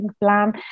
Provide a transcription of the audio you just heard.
plan